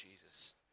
Jesus